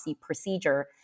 procedure